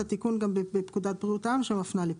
התיקון בפקודת בריאות העם שמפנה לפה.